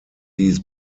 dies